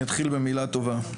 אתחיל במילה טובה.